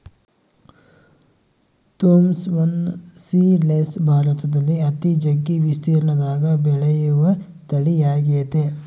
Thompson seedless ಭಾರತದಲ್ಲಿ ಅತಿ ಜಗ್ಗಿ ವಿಸ್ತೀರ್ಣದಗ ಬೆಳೆಯುವ ತಳಿಯಾಗೆತೆ